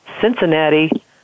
Cincinnati